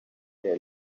their